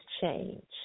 change